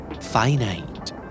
Finite